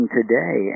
today